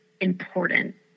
important